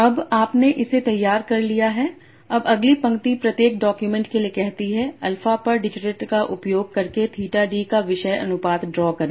अब आपने इसे तैयार कर लिया है अब अगली पंक्ति प्रत्येक डॉक्यूमेंट के लिए कहती है अल्फा पर डिरिचलेट का उपयोग करके थीटा d का विषय अनुपात ड्रा करें